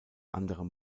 anderem